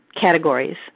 categories